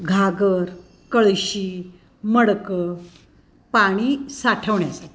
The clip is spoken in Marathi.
घागर कळशी मडकं पाणी साठवण्यासाठी